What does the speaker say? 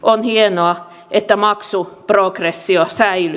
on hienoa että maksuprogressio säilyy